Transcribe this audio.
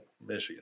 Michigan